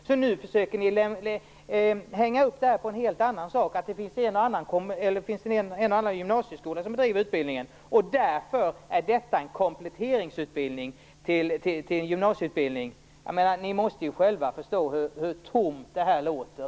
Så nu försöker ni hänga upp detta på något helt annat, nämligen att det finns en och annan gymnasieskola som bedriver utbildningen och att detta därför skulle vara en kompletteringsutbildning till en gymnasieutbildning. Ni måste ju själva förstå hur tomt det här låter.